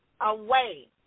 away